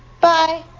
Bye